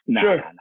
Sure